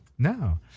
No